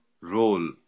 role